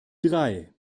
drei